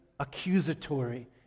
accusatory